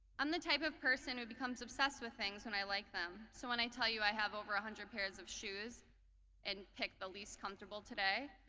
i'm the type of person who becomes obsessed with things when i like them. so when i tell you i have over one hundred pairs of shoes and picked the least comfortable today,